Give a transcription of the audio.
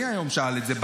מי שאל את זה היום?